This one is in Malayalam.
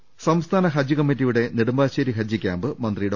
കേരള സംസ്ഥാന ഹജ്ജ് കമ്മിറ്റിയുടെ നെടുമ്പാശ്ശേരി ഹജ്ജ് ക്യാമ്പ് മന്ത്രി ഡോ